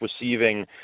receiving